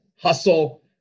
Hustle